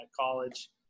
college